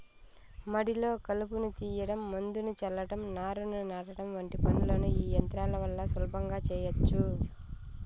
మడిలో కలుపును తీయడం, మందును చల్లటం, నారును నాటడం వంటి పనులను ఈ యంత్రాల వల్ల సులభంగా చేయచ్చు